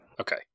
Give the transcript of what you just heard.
Okay